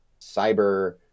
cyber